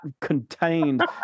contained